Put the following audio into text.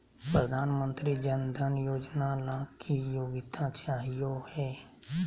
प्रधानमंत्री जन धन योजना ला की योग्यता चाहियो हे?